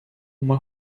uma